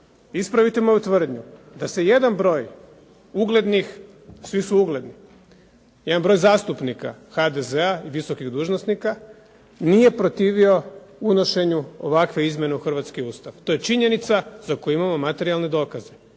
ispravite moju tvrdnju. Da se jedan broj uglednih, svi su uglednih, jedan broj zastupnika HDZ-a i visokih dužnosnika nije protivio unošenju ovakve izmjene u hrvatski Ustav. To je činjenica za koju imamo materijalne dokaze.